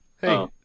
Hey